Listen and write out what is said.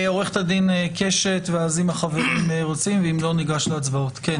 עו"ד קשת, בבקשה.